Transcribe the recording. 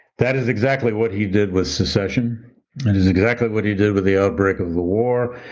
that is exactly what he did was secession is exactly what he did with the outbreak of the war.